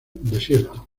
desierto